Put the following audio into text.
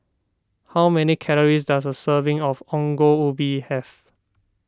how many calories does a serving of Ongol Ubi have